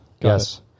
Yes